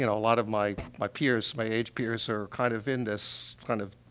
you know a lot of my my peers, my age peers, are kind of in this, kind of,